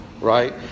right